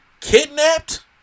kidnapped